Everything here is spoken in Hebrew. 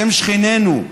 אתם שכנינו,